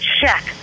check